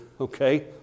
okay